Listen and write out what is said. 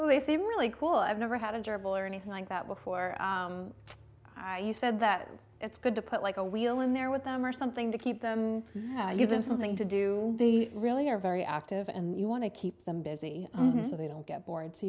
well they seem really cool i've never had a durable or anything like that before i you said that it's good to put like a wheel in there with them or something to keep them give them something to do really are very active and you want to keep them busy so they don't get bored so